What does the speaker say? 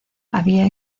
había